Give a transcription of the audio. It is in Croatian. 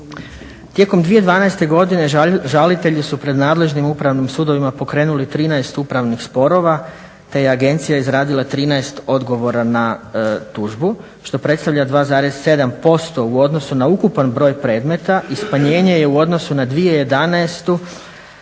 Tijekom 2012. godine žalitelji su pred nadležnim upravnim sudovima pokrenuli 13 upravnih sporova te je agencija izradila 13 odgovora na tužbu što predstavlja 2,7% u odnosu na ukupan broj predmeta i smanjenje je u odnosu na 2011. u